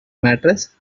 mattress